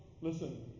Listen